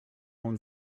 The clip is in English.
own